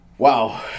wow